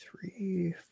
three